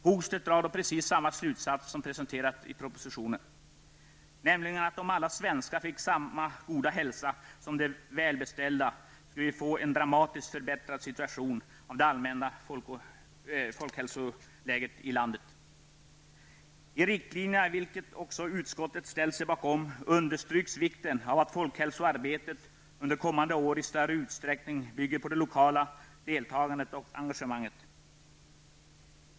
Hogstedt drar precis samma slutsats som presenterats i propositionen, nämligen att om alla svenskar fick samma goda hälsa som de välbeställda, skulle vi få en dramatiskt förbättrad situation av det allmänna folkhälsoläget i landet. I riktlinjerna, vilka också utskottet ställt sig bakom, understryks vikten av att folkhälsoarbetet under kommande år i större utsträckning bygger på det lokala deltagandet och engagemanget.